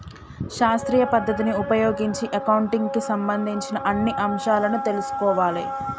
శాస్త్రీయ పద్ధతిని ఉపయోగించి అకౌంటింగ్ కి సంబంధించిన అన్ని అంశాలను తెల్సుకోవాలే